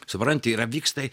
supranti yra vyksta